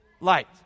light